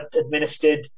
administered